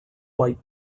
white